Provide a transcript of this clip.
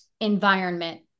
environment